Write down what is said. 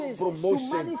promotion